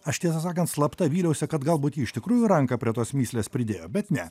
aš tiesą sakant slapta vyliausi kad galbūt ji iš tikrųjų ranką prie tos mįslės pridėjo bet ne